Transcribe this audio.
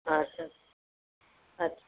अच्छा अच्छा